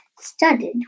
studded